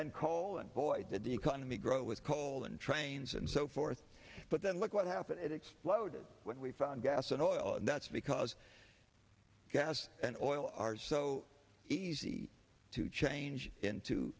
then call and boy did the economy grow with coal and trains and so forth but then look what happened it exploded when we found gas and oil and that's because gas and oil are so easy to change into